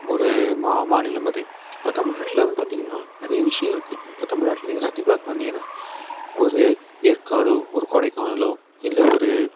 ஒரு மா மாநிலம் அது இப்போ தமிழ்நாட்டில்ன்னு பார்த்தீங்கனா நிறைய விஷயம் இருக்குது இப்போ தமிழ்நாட்டில் நீங்கள் சுற்றி பார்க்க வந்திங்கனால் ஒரு ஏற்காடோ ஒரு கொடைகானலோ இல்லை ஒரு